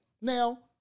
Now